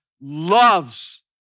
loves